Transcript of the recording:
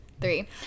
three